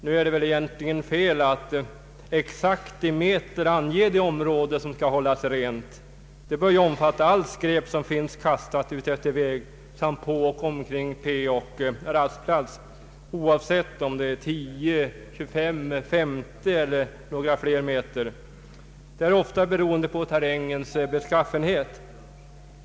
Nu är det väl egentligen fel att exakt i meter ange det område som skall hållas rent. Det bör ju omfatta allt skräp som finns kastat utefter väg samt på och omkring parkeringsoch rastplats, oavsett om det är 19, 25, 50 eller några fler meter från vägen. Det är ofta beroende på terrängens beskaffenhet.